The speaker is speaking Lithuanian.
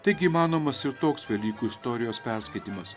taigi įmanomas ir toks velykų istorijos perskaitymas